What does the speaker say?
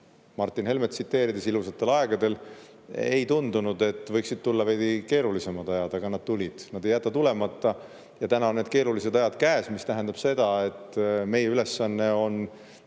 Martin Helmet tsiteerida, siis "ilusatel aegadel" ei tundunud, et võiksid tulla veidi keerulisemad ajad. Aga nad tulid, nad ei jää tulemata. Ja täna on need keerulised ajad käes, mis tähendab seda, et meie ülesanne on